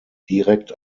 direkt